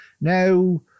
now